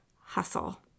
hustle